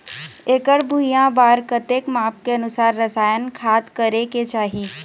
एकड़ भुइयां बार कतेक माप के अनुसार रसायन खाद करें के चाही?